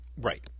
right